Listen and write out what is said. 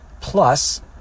Plus